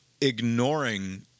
ignoring